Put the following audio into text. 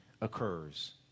occurs